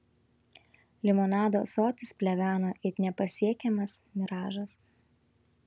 limonado ąsotis pleveno it nepasiekiamas miražas